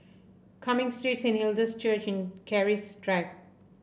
Cumming Street Saint Hilda's Church and Keris Drive